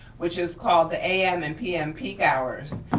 which is called the a m. and p m. peak hours.